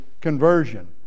conversion